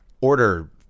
Order